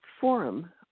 forum